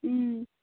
اۭں